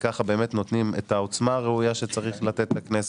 כך באמת נותנים את העוצמה הראויה שצריך לתת לכנסת,